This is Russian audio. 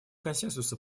консенсуса